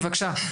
בבקשה.